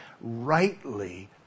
rightly